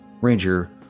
Ranger